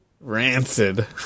Rancid